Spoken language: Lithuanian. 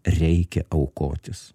reikia aukotis